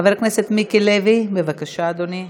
חבר הכנסת מיקי לוי, בבקשה אדוני.